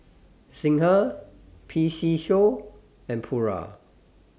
Singha P C Show and Pura